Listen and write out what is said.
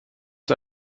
ist